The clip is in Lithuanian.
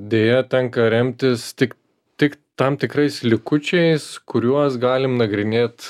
deja tenka remtis tik tik tam tikrais likučiais kuriuos galim nagrinėt